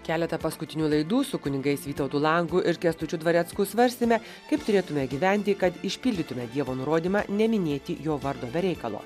keletą paskutinių laidų su kunigais vytautu langu ir kęstučiu dvarecku svarstėme kaip turėtume gyventi kad išpildytume dievo nurodymą neminėti jo vardo be reikalo